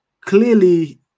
Clearly